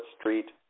Street